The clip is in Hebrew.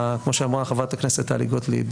כמו שאמרה חברת הכנסת טלי גוטליב,